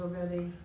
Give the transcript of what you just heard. already